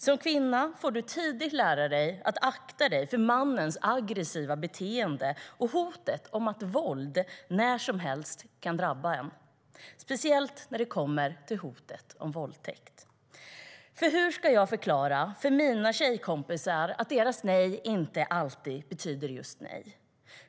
Som kvinna får du tidigt lära dig att akta dig för mannens aggressiva beteende och hotet om att våld när som helst kan drabba en, speciellt när det kommer till hotet om våldtäkt. Hur ska jag förklara för mina tjejkompisar att deras nej inte alltid betyder just nej?